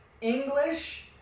English